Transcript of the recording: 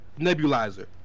Nebulizer